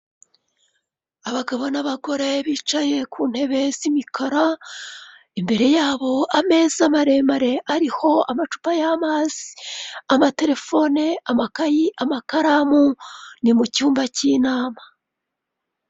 Abagabo n'abagore bicaye ku ntebe z'imikara, imbere yabo ameza maremare ariho amacupa y'amazi, amaterefone, amakayi, amakaramu, ni mu cyumba cy'inama.